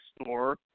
Store